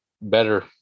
better